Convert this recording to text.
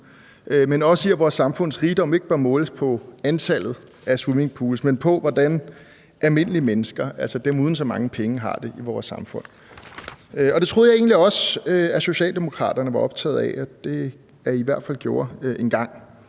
men også i, at vores samfunds rigdom ikke bør måles på antallet af swimmingpools, men på, hvordan almindelige mennesker, altså dem uden så mange penge, har det i vores samfund. Og det troede jeg egentlig også at Socialdemokraterne var optaget af – at I i hvert fald var det engang